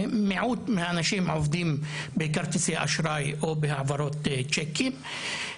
מיעוט מהאנשים עובדים בכרטיסי אשראי או בהעברות צ'קים,